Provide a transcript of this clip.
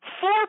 Four